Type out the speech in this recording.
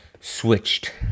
switched